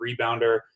rebounder